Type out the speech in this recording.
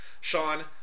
Sean